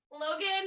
Logan